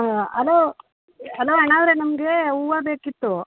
hello hello ಅಣ್ಣಾವರೇ ನಮಗೆ ಹೂವಾ ಬೇಕಿತ್ತು